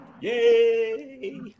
Yay